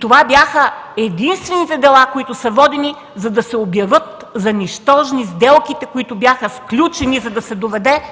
Това бяха единствените дела, които са водени, за да се обявят за нищожни сключените сделките, за да се доведе